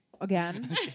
Again